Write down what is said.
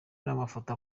n’amafoto